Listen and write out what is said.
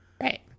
Right